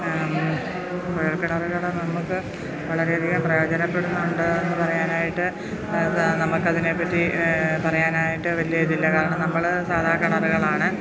കുഴല്ക്കിണറുകള് നമുക്ക് വളരെയധികം പ്രയോജനപ്പെടുന്നുണ്ടെന്ന് പറയാനായിട്ട് നമുക്കതിനെപ്പറ്റി പറയാനായിട്ട് വലിയ ഇതില്ല കാരണം നമ്മള് സാധാ കിണറുകളാണ്